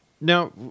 Now